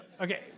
Okay